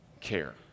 care